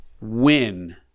win